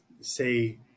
say